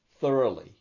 thoroughly